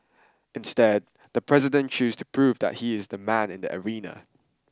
instead the president chose to prove that he is the man in the arena